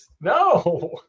No